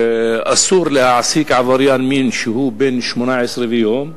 אסור להעסיק עבריין מין שהוא בן 18 ויום,